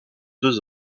deux